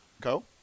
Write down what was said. Go